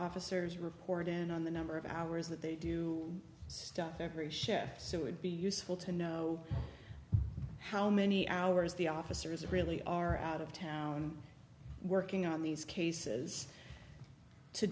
officers reported in on the number of hours that they do stuff every chef soon would be useful to know how many hours the officers really are out of town working on these cases to